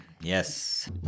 Yes